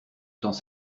temps